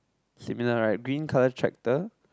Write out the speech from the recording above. similar right green color tractor